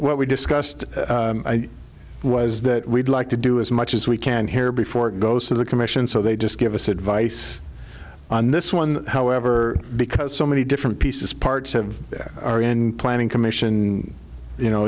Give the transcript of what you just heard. what we discussed was that we'd like to do as much as we can here before it goes to the commission so they just give us advice on this one however because so many different pieces parts of that are in planning commission you know